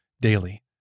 daily